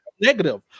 negative